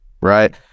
Right